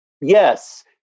yes